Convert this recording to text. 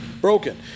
broken